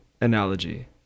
analogy